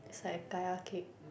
it's like a kaya cake